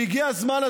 והגיע הזמן,